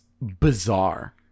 bizarre